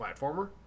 platformer